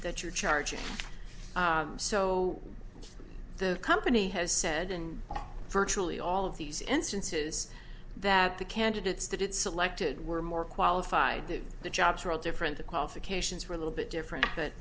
that you're charging so the company has said in virtually all of these instances that the candidates that it selected were more qualified to do the jobs are all different the qualifications for a little bit different but